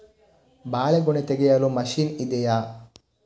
ಬಾಳೆಗೊನೆ ತೆಗೆಯಲು ಮಷೀನ್ ಇದೆಯಾ?